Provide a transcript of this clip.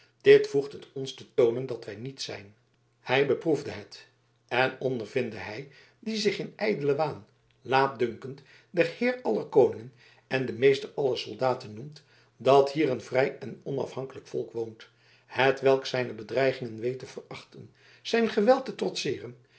dit voegt het ons te toonen dat wij niet zijn hij beproeve het en ondervinde hij die zich in ijdelen waan laatdunkend den heer aller koningen en den meester aller soldaten noemt dat hier een vrij en onafhankelijk volk woont hetwelk zijne bedreigingen weet te verachten zijn geweld te trotseeren